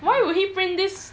why would he print this